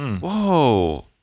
Whoa